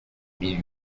mille